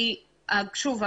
שוב,